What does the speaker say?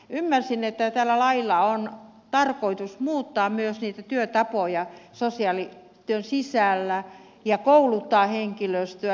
ymmärsin että tällä lailla on tarkoitus muuttaa myös niitä työtapoja sosiaalityön sisällä ja kouluttaa henkilöstöä